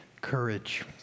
courage